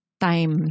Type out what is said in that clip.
time